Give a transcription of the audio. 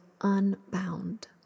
Unbound